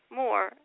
more